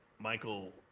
Michael